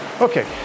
Okay